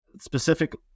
specific